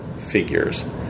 figures